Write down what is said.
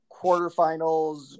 quarterfinals